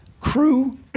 Crew